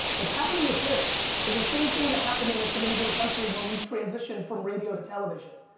what's happening with this is the same thing that happened in this amazing country when we transitioned from radio to television.